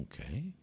okay